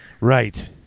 Right